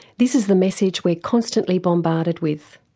this is the message we are constantly bombarded with,